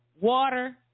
Water